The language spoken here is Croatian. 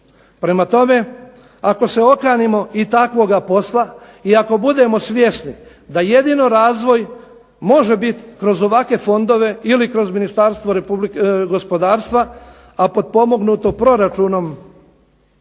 Prema tome, ako se okanimo i takvoga posla i ako budemo svjesni da jedino razvoj može biti kroz ovakve Fondove ili kroz Ministarstvo gospodarstva a potpomognuto proračunom